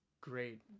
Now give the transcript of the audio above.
great